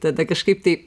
tada kažkaip tai